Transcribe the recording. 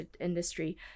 industry